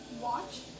watch